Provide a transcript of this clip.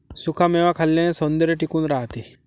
सुखा मेवा खाल्ल्याने सौंदर्य टिकून राहते